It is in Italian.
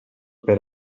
per